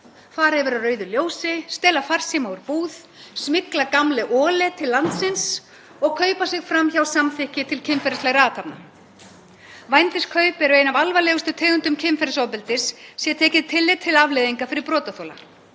Fara yfir á rauðu ljósi, stela farsíma úr búð, smygla Gamle Ole til landsins og kaupa sig fram hjá samþykki til kynferðislegra athafna. Vændiskaup eru ein af alvarlegustu tegundum kynferðisofbeldis, sé tekið tillit til afleiðinga fyrir brotaþola.